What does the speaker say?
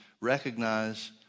recognize